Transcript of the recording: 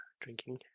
drinking